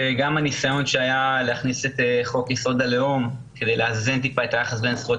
הניסיון שנעשה להכניס את חוק-יסוד: הלאום על מנת לאזן את היחס בין פרט